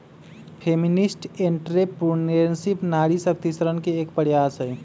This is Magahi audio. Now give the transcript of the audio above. फेमिनिस्ट एंट्रेप्रेनुएरशिप नारी सशक्तिकरण के एक प्रयास हई